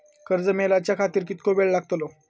कर्ज मेलाच्या खातिर कीतको वेळ लागतलो?